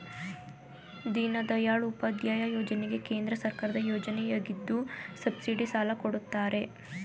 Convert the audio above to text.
ದೀನದಯಾಳ್ ಉಪಾಧ್ಯಾಯ ಯೋಜನೆ ಕೇಂದ್ರ ಸರ್ಕಾರದ ಯೋಜನೆಯಗಿದ್ದು ಸಬ್ಸಿಡಿ ಸಾಲ ಕೊಡ್ತಾರೆ